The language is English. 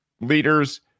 Leaders